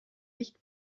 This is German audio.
nicht